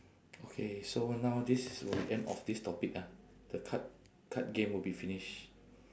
okay so now this will end of this topic ah the card card game will be finish